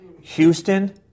Houston